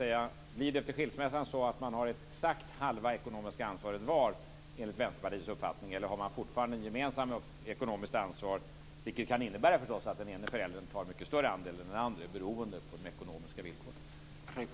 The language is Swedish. Skall föräldrarna efter skilsmässan ha exakt halva det ekonomiska ansvaret var, enligt Vänsterpartiets uppfattning, eller skall de fortfarande ha ett gemensamt ekonomiskt ansvar? Det senare kan förstås innebära att den ene föräldern tar en mycket större andel än den andre beroende på de ekonomiska villkoren.